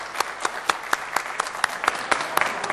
(מחיאות כפיים)